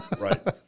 Right